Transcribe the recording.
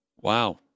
Wow